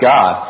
God